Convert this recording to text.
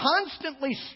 constantly